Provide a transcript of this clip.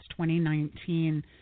2019